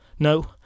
No